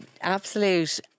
absolute